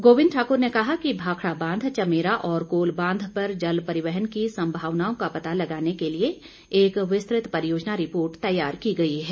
गोविंद ठाकुर ने कहा कि भाखड़ा बांध चमेरा और कोल बांध पर जल परिवहन की संभावनाओं का पता लगाने के लिए एक विस्तृत परियोजना रिपोर्ट तैयार की गई है